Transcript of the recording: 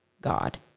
God